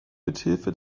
mithilfe